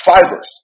fibers